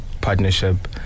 partnership